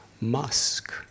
musk